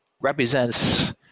represents